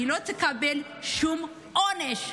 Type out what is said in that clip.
היא לא תקבל שום עונש.